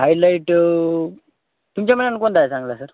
highlight तुमच्या मानाने कोणता आहे चांगला सर